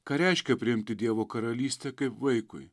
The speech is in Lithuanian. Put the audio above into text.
ką reiškia priimti dievo karalystę kaip vaikui